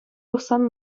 тухсан